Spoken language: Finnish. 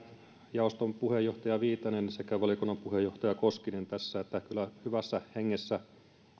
jaoston puheenjohtaja viitanen sekä valiokunnan puheenjohtaja koskinen tässä sanoivat että kyllä hyvässä hengessä